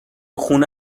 خونه